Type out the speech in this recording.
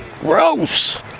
Gross